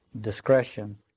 discretion